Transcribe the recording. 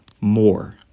More